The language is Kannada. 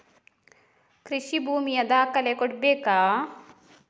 ಕೃಷಿ ಭೂಮಿಯ ದಾಖಲೆ ಕೊಡ್ಬೇಕಾ?